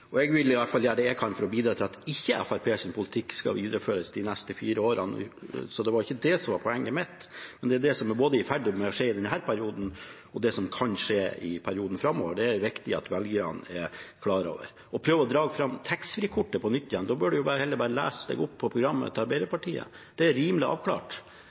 Jeg vil i hvert fall gjøre det jeg kan for å bidra til at Fremskrittspartiets politikk ikke skal videreføres de neste fire årene. Det var ikke det som var poenget mitt. Men både det som er i ferd med å skje i denne perioden, og det som kan skje i kommende periode, er det viktig at velgerne er klar over. Representanten prøver å dra fram taxfreekortet på nytt igjen – da bør han heller lese seg opp på programmet til Arbeiderpartiet. Det er rimelig avklart.